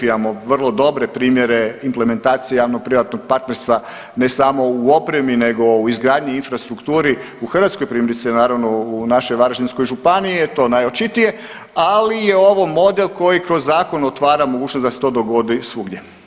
Imamo vrlo dobre primjere implementacije javnog privatnog partnerstva ne samo u opremi nego u izgradnji i infrastrukturi u Hrvatskoj, primjerice naravno u našoj Varaždinskoj županiji je to najočitije, ali je ovo model koji kroz zakon otvara mogućnost da se to dogodi svugdje.